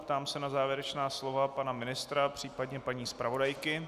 Ptám se na závěrečná slova pana ministra, případně paní zpravodajky.